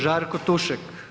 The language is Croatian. Žarko Tušek.